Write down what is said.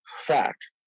fact